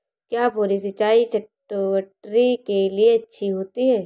क्या फुहारी सिंचाई चटवटरी के लिए अच्छी होती है?